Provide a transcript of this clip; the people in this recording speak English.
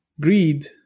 greed